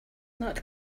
not